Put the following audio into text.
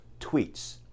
tweets